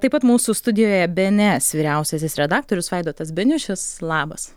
taip pat mūsų studijoje bns vyriausiasis redaktorius vaidotas beniušis labas